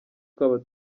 twaba